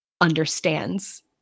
understands